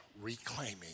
reclaiming